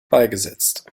beigesetzt